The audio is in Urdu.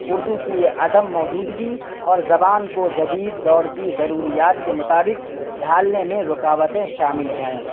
اردو کی عدم موجودگی اور زبان کو جدید دور کی ضروریات کے مطابق ڈھالنے میں رکاوٹیں شامل ہیں